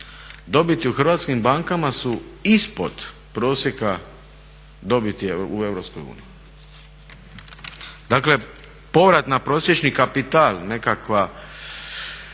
dobiti u hrvatskim bankama su ispod prosjeka dobiti u EU. Dakle povrat na prosječni kapital nekakva